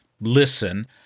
listen